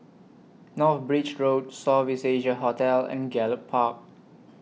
North Bridge Road South East Asia Hotel and Gallop Park